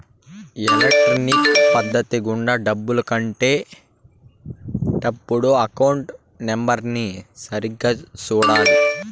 electronic పద్ధతి గుండా డబ్బులు కట్టే టప్పుడు అకౌంట్ నెంబర్ని సరిగ్గా సూడాలి